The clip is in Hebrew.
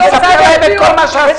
אני אספר להם את כל מה שעשיתם.